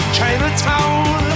Chinatown